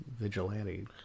vigilante